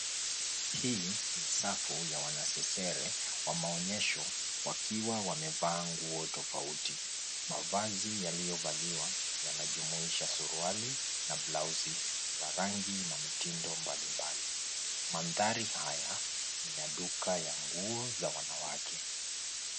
Hii ni safu ya wanasesere wa maonyesho wakiwa wamevaa nguo tofauti. Mavazi yaliyovaliwa yanajumuisha suruali na blauzi za rangi na mitindo mbalimbali. Mandhari haya ni ya duka ya nguo za wanawake.